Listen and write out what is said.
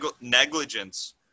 Negligence